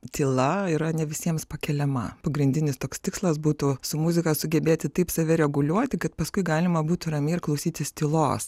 tyla yra ne visiems pakeliama pagrindinis toks tikslas būtų su muzika sugebėti taip save reguliuoti kad paskui galima būtų ramiai ir klausytis tylos